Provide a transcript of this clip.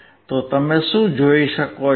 તો તમે શું જોઈ શકો છો